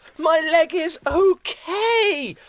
my leg is ok.